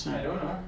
I don't know